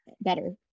better